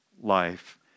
life